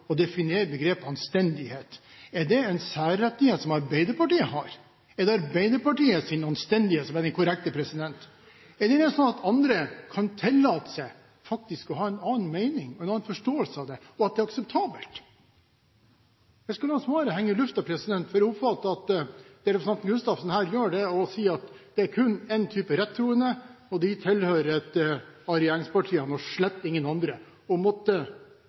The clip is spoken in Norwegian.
er det så at det er akseptabelt at andre kan tillate seg å ha en annen mening og en annen forståelse av det? Jeg skal la svaret henge i luften. Jeg oppfatter at det representanten Gustavsen her gjør, er å si at det er kun én type rettroende, og de tilhører et av regjeringspartiene og slett ingen andre, og måtte